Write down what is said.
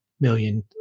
million